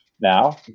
now